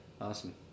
Awesome